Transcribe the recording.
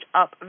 up